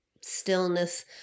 stillness